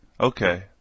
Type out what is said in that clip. Okay